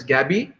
Gabby